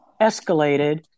escalated